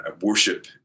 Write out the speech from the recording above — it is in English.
worship